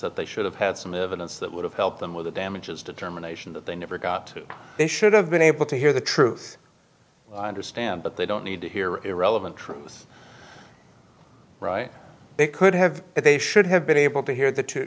that they should have had some evidence that would have helped them with the damages determination that they never got they should have been able to hear the truth understand but they don't need to hear irrelevant truths right they could have they should have been able to hear the t